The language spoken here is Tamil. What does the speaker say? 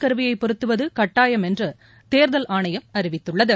கருவியை பொருத்துவது கட்டாயம் என்று தேர்தல் ஆணையம் அறிவித்துள்ளது